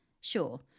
Sure